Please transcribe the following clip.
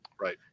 Right